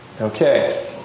Okay